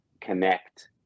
connect